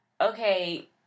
okay